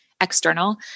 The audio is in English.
external